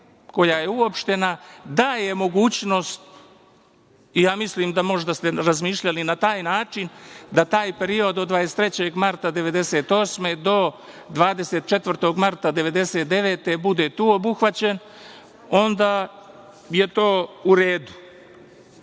koja je uopštena daje mogućnost i ja mislim da ste možda razmišljali na taj način, da taj period od 23. marta 1998. godine do 24. marta 1999. godine bude tu obuhvaćen i onda je to u redu.